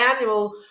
annual